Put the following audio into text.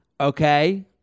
okay